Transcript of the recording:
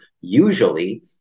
Usually